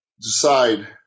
decide